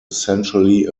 essentially